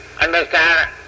understand